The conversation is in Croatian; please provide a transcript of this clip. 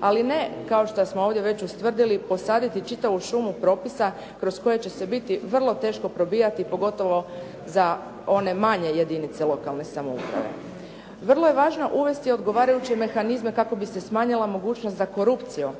Ali ne kao što smo ovdje već ustvrdili posaditi čitavu šumu propisa kroz koje će se biti vrlo teško probijati, pogotovo za one manje jedinice lokalne samouprave. Vrlo je važno uvesti odgovarajuće mehanizme kako bi se smanjila mogućnost za korupcijom